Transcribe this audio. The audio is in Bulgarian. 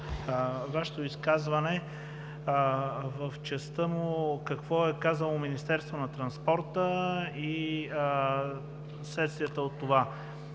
Вашето изказване, в частта му – какво е казало Министерство на транспорта и следствията от това.